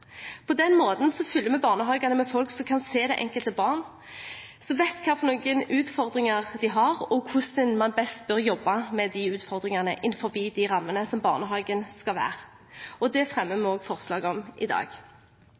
På den måten fyller vi barnehagene med folk som kan se det enkelte barn, som vet hvilke utfordringer de har, og hvordan man best bør jobbe med de utfordringene innenfor de rammene barnehagen skal være. Det fremmer vi også forslag om i dag.